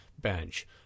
bench